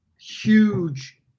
huge